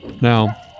Now